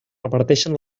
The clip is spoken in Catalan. reparteixen